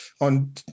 on